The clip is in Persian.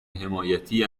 حمایتی